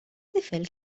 tifel